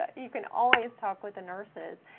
ah you can always talk with the nurses.